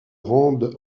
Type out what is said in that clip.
rendent